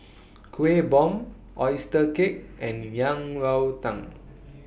Kuih Bom Oyster Cake and Yang Rou Tang